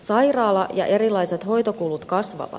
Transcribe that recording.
sairaala ja erilaiset hoitokulut kasvavat